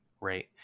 right